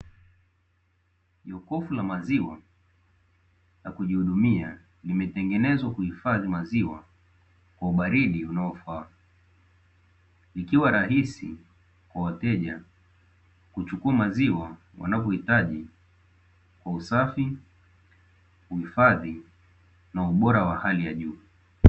Jokofu la maziwa la kujihudumia limetengenezwa kuhifadhi maziwa kwa ubaridi unaofaa, ikiwa rahisi kwa wateja kuchukua maziwa wanapohitaji kwa usafi, uhifadhi na ubora wa hali ya juu.